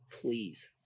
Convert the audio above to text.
please